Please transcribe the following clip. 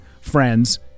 friends